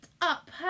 up